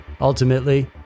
Ultimately